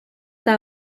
tal